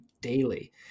daily